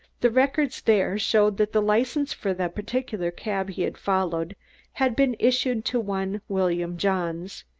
the records there showed that the license for the particular cab he had followed had been issued to one william johns.